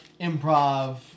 improv